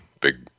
Big